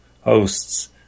hosts